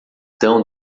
tão